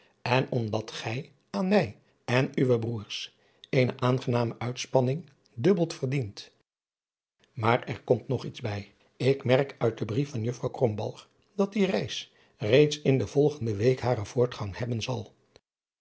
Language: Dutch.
en omdat gij aan mij en uwe broêrs eene aangename uitspanning dubbeld verdient maar er komt nog iets bij ik merk uit den brief van juffrouw krombalg dat die reis reeds in de volgende week haren voortgang hebben zal